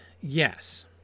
Yes